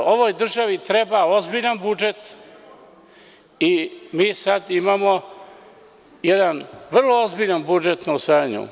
Ovoj državi treba ozbiljan budžet i mi sada imamo jedan vrlo ozbiljan budžet na usvajanje.